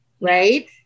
right